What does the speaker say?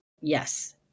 Yes